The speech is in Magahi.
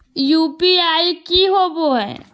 यू.पी.आई की होवे है?